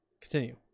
Continue